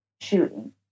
shooting